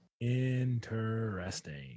Interesting